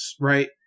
right